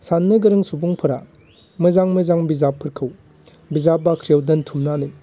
साननो गोरों सुबुंफोरा मोजां मोजां बिजाबफोरखौ बिजाब बाख्रियाव दोनथुमनानै